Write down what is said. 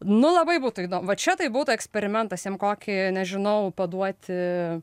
nu labai būtų įdomu čia tai būtų eksperimentas jam kokį nežinau paduoti